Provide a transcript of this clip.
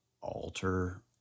alter